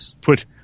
put